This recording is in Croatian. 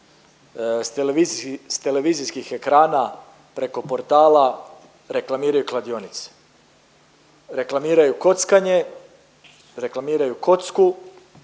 s televizijskih ekrana preko portala reklamiraju kladionice, reklamiraju kockanje, reklamiraju kocku,